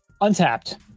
untapped